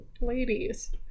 ladies